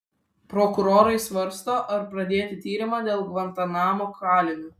prokurorai svarsto ar pradėti tyrimą dėl gvantanamo kalinio